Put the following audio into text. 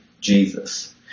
Jesus